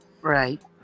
Right